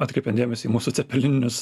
atkreipia dėmesį į mūsų cepelininius